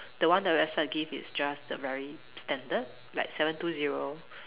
the one the website give is just the very standard like seven two zero